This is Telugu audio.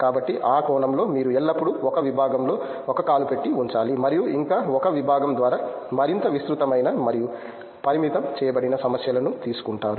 కాబట్టి ఆ కోణంలో మీరు ఎల్లప్పుడూ ఒక విభాగంలో ఒక కాలు పెట్టి ఉంచాలి మరియు ఇంకా ఒక విభాగం ద్వారా మరింత విస్తృతమైన మరియు పరిమితం చేయబడిన సమస్యలను తెలుసుకుంటారు